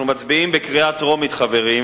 אנחנו מצביעים בקריאה טרומית,